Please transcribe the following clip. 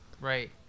right